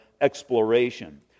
exploration